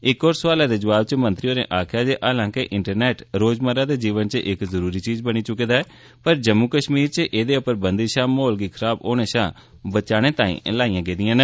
इक होर सौआले दे जवाब च मंत्री होरें आक्खेया जे हालांके ईटरनेट रोजमर्रा दे जीवन च इक जरूरी चीज बनी चुके दा ऐ पर जम्मू कश्मीर च ऐहदे उप्पर बंदशां महौल गी खराब होनें थमां बचाने तांई लाईया गेदियां न